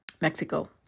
Mexico